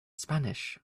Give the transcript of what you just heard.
spanish